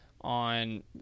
on